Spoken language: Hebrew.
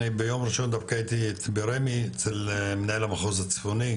אני ביום ראשון דווקא הייתי ברמ"י אצל מנהל המחוז הצפוני,